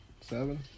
Seven